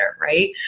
Right